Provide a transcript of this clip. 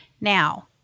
Now